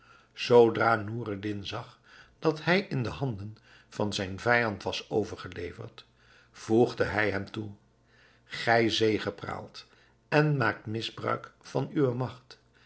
zoodra noureddin zag dat hij in de handen van zijn vijand was overgeleverd voegde hij hem toe gij zegepraalt en maakt misbruik van uwe magt